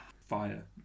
fire